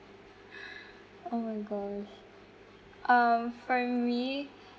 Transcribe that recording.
oh my gosh um for me